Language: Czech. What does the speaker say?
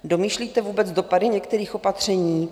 Domýšlíte vůbec dopady některých opatření?